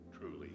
truly